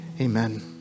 amen